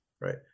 Right